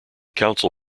council